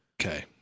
okay